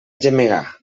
gemegar